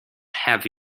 have